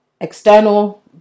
external